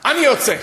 אני יוצא.